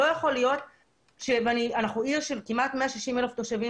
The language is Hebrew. אנחנו עיר של כמעט 160,000 תושבים